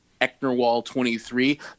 Ecknerwall23